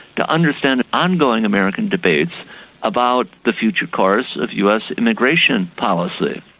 to understand ongoing american debates about the future course of us immigration policy.